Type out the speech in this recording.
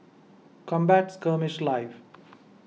Combat Skirmish Live